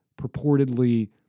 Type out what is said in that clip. purportedly